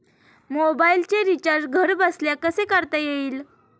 मोबाइलचे रिचार्ज घरबसल्या कसे करता येईल?